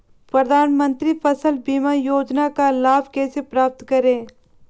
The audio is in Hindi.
प्रधानमंत्री फसल बीमा योजना का लाभ कैसे प्राप्त करें?